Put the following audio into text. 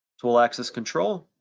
tool axis control,